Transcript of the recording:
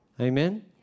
Amen